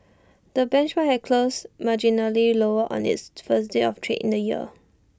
the benchmark had closed marginally lower on its first day of trade in the year